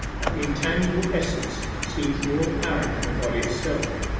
that the intangible essence seems more apparent than the body itself.